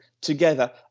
together